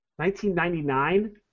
1999